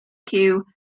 cyw